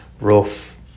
rough